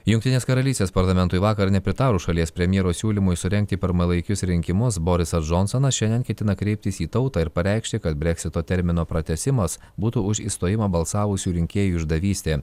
jungtinės karalystės parlamentui vakar nepritarus šalies premjero siūlymui surengti pirmalaikius rinkimus borisas džonsonas šiandien ketina kreiptis į tautą ir pareikšti kad breksito termino pratęsimas būtų už išstojimą balsavusių rinkėjų išdavystė